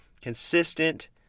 consistent